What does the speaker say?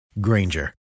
Granger